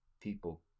people